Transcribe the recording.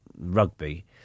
rugby